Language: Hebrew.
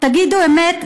תגידו אמת,